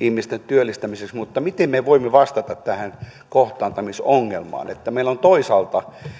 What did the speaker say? ihmisten työllistämiseksi mutta miten me voimme vastata tähän kohtaantumisongelmaan että meillä on toisaalta